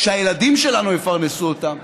שהילדים שלנו יפרנסו אותם,